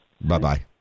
Bye-bye